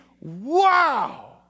wow